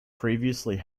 previously